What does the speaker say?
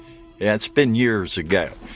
yeah it's been years ago.